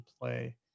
play